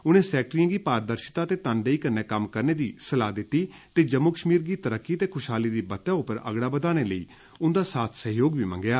उनें सैक्ट्रियें गी पारदिर्शता ते तनदेही कन्नै करने दी सलाह दित्ती ते जम्मू कश्मीर गी तरक्की ते खुशहाली दी बत्तै पर अगड़ा बधाने लेई उंदा साथ सैह्योग मंगेआ